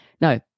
No